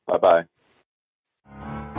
Bye-bye